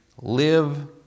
live